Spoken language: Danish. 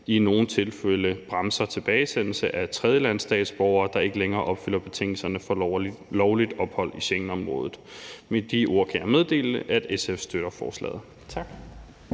i nogle tilfælde tilbagesendelse af tredjelandsstatsborgere, der ikke længere opfylder betingelserne for lovligt ophold i Schengenområdet. Med de ord kan jeg meddele, at SF støtter forslaget.